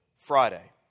Friday